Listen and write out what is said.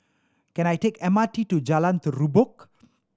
can I take M R T to Jalan Terubok